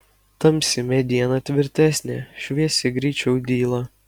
tamsi mediena tvirtesnė šviesi greičiau dyla